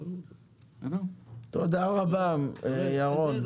תודה רבה, ירון.